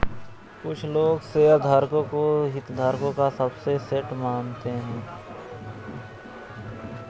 कुछ लोग शेयरधारकों को हितधारकों का सबसेट मानते हैं